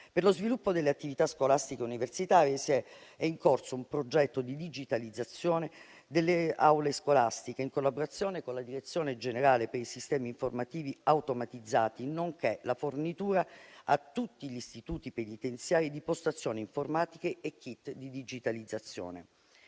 Per lo sviluppo delle attività scolastiche universitarie, è in corso un progetto di digitalizzazione delle aule scolastiche, in collaborazione con la direzione generale per i sistemi informativi automatizzati, nonché la fornitura a tutti gli istituti penitenziari di postazioni informatiche e *kit* di digitalizzazione.